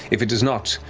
if it is not,